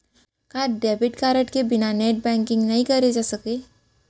का debit card के बिना नेट बैंकिंग नई करे जाथे सके?